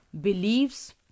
beliefs